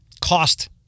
cost